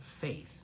faith